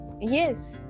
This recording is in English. Yes